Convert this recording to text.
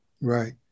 Right